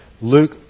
Luke